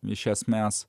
iš esmės